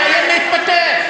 תאיים להתפטר.